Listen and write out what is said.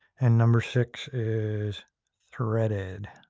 and number six is threaded.